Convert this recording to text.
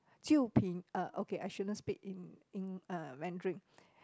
jiu uh okay I shouldn't speak in in uh Mandarin